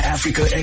Africa